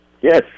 Yes